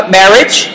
marriage